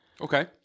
Okay